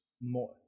more